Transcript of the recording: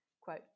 Quote